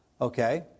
okay